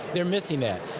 they're missing that.